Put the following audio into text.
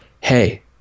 hey